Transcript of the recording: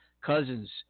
cousins